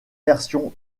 version